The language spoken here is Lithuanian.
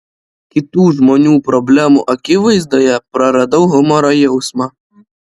kitų žmonių problemų akivaizdoje praradau humoro jausmą